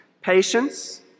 Patience